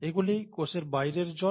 এগুলি কোষের বাইরের জল